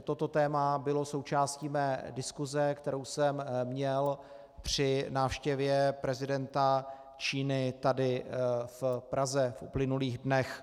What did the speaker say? Toto téma bylo součástí mé diskuse, kterou jsem měl při návštěvě prezidenta Číny tady v Praze v uplynulých dnech.